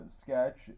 sketch